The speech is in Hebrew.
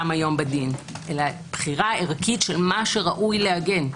כיום בדין אלא בחירה ערכית של מה שראוי לעגן.